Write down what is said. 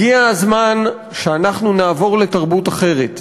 הגיע הזמן שאנחנו נעבור לתרבות אחרת,